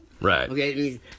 right